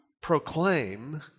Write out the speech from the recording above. proclaim